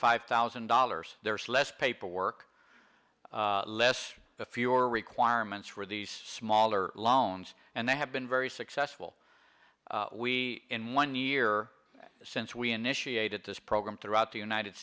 five thousand dollars there's less paperwork less fewer requirements for these smaller loans and they have been very successful we in one year since we initiated this program throughout the united